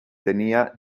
tenía